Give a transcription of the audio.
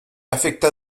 affecta